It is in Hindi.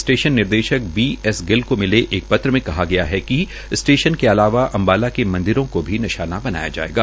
स्टेशन निर्देश बी एस गिल को मिले एक पत्र में कहा गया है कि स्टेशन के अलावा अम्बाला के मंदिरों को भी निशाना बनाया जायेगा